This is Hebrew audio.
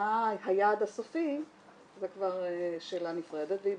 מה היעד הסופי זו כבר שאלה נפרדת והיא